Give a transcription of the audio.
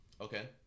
Okay